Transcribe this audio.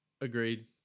agreed